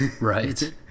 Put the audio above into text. Right